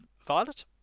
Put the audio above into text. Violet